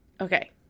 Okay